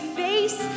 face